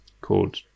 called